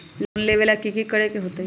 Loan लेबे ला की कि करे के होतई?